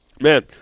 man